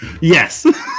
Yes